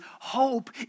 hope